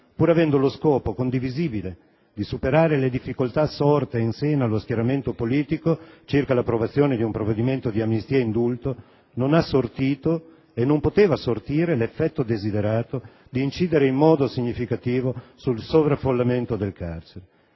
pur avendo lo scopo condivisibile di superare le difficoltà sorte in seno allo schieramento politico circa l'approvazione di un provvedimento di amnistia e indulto, non ha sortito, e non poteva sortire, l'effetto desiderato di incidere in modo significativo sul sovraffollamento del carcere.